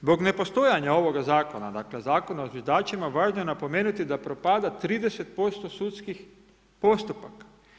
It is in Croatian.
Zbog nepostojanja ovoga Zakona, dakle Zakona o zviždačima, važno je napomenuti da propada 30% sudskih postupaka.